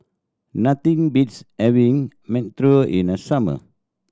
nothing beats having mantou in the summer